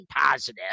positive